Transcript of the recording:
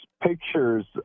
pictures